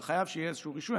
אתה חייב שיהיה איזשהו רישוי.